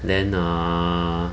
then err